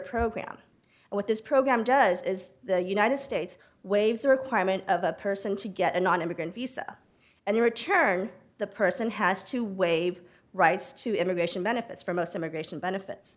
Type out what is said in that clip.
program what this program does is the united states waives the requirement of a person to get a nonimmigrant visa and in return the person has to waive rights to immigration benefits for most immigration benefits